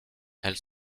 elle